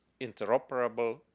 interoperable